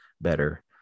better